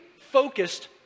focused